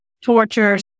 tortures